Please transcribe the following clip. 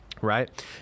right